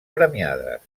premiades